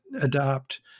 adopt